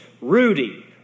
Rudy